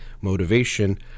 motivation